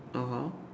(uh huh)